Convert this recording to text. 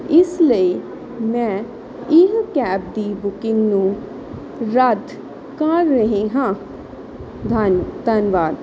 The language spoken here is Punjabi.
ਇਸ ਲਈ ਮੈਂ ਇਹ ਕੈਬ ਦੀ ਬੁਕਿੰਗ ਨੂੰ ਰੱਦ ਕਰ ਰਹੀ ਹਾਂ ਧੰਨ ਧੰਨਵਾਦ